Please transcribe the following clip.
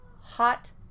hot